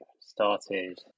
started